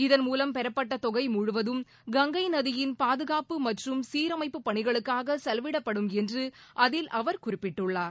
இதன் மூலம் பெறப்பட்ட தொகை முழுவதும் கங்கை நதியின் பாதுகாப்பு மற்றும் சீரமைப்பு பணிகளுக்காக செலவிடப்படும் என்று அதில் அவர் குறிப்பிட்டுள்ளார்